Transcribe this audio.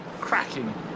Cracking